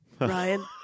Ryan